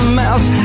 mouse